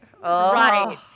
Right